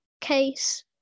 case